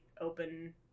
open